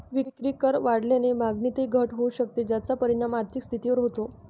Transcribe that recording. विक्रीकर वाढल्याने मागणीतही घट होऊ शकते, ज्याचा परिणाम आर्थिक स्थितीवर होतो